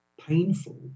painful